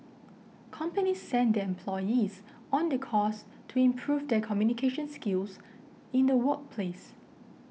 companies send their employees on the course to improve their communication skills in the workplace